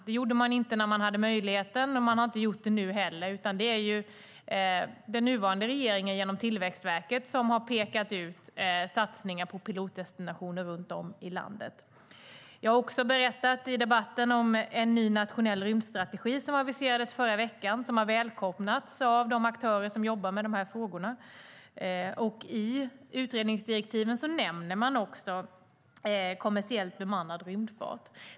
Det gjorde man inte när man hade möjligheten, och man har inte gjort det nu heller, utan det är den nuvarande regeringen genom Tillväxtverket som har pekat ut satsningar på pilotdestinationer runt om i landet. Jag har i debatten också berättat om en ny nationell rymdstrategi som aviserades i förra veckan. Den har välkomnats av de aktörer som jobbar med de här frågorna. I utredningsdirektiven nämner man också kommersiellt bemannad rymdfart.